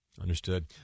Understood